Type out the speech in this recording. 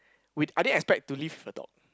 we I didn't expect to leave a dog